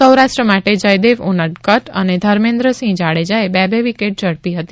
સૌરાષ્ટ્ર માટે જથદેવ ઉનડકટ અને ધર્મેન્દ્રસિંહ જાડેજાએ બે બે વિકેટ ઝડપી હતી